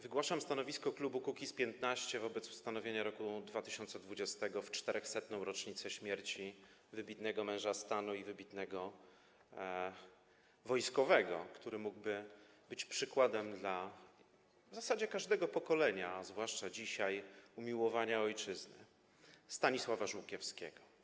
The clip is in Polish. Wygłaszam stanowisko klubu Kukiz’15 wobec ustanowienia roku 2020 - w 400. rocznicę śmierci wybitnego męża stanu i wybitnego wojskowego, który mógłby być przykładem w zasadzie dla każdego pokolenia, zwłaszcza dzisiaj, umiłowania ojczyzny - Rokiem Stanisława Żółkiewskiego.